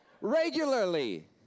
regularly